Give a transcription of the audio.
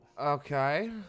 Okay